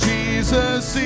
Jesus